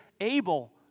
able